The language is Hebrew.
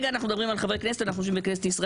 יש החלטה של ועדת האתיקה.